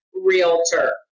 realtor